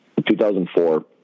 2004